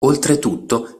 oltretutto